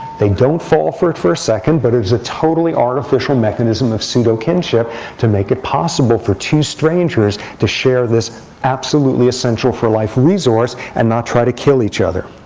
they don't fall for it for a second. but it is a totally artificial mechanism of pseudo kinship to make it possible for two strangers to share this absolutely essential for life resource, and not try to kill each other.